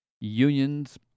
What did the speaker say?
unions